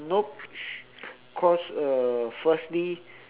nope cause uh firstly